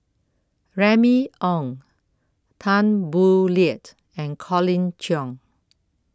Remy Ong Tan Boo Liat and Colin Cheong